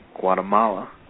Guatemala